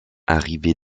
arrivé